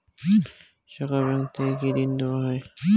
শাখা ব্যাংক থেকে কি ঋণ দেওয়া হয়?